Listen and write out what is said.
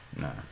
Nah